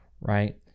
right